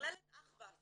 במכללת אחווה,